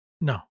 No